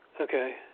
Okay